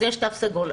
אז יש תו סגול.